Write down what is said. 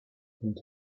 punkt